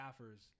staffers